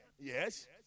Yes